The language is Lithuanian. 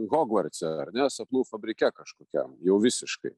hogvartse ar ne sapnų fabrike kažkokiam jau visiškai